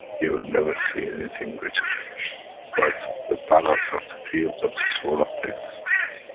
you will never see anything written but the balance of the fields of the soul of the existence.